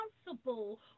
responsible